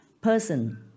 person